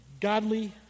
godly